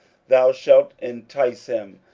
thou shalt entice him,